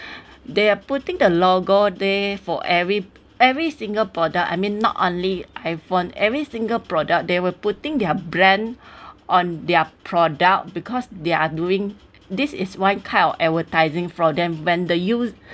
they are putting the logo there for every every single product I mean not only every one every single product they were putting their brand on their product because they are doing this is one kind of advertising for them when the use